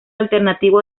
alternativo